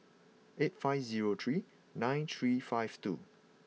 eight five zero three nine three five two